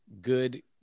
good